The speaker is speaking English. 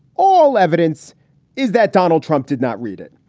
all evidence is that donald trump did not read it.